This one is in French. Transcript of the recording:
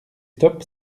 stop